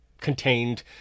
contained